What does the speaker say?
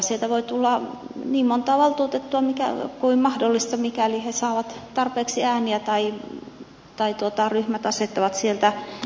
sieltä voi tulla niin monta valtuutettua kuin mahdollista mikäli he saavat tarpeeksi ääniä tai ryhmät asettavat sieltä ehdokkaita